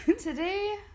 today